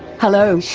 hello,